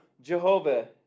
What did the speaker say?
Jehovah